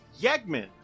Yegman